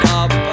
up